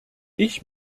ich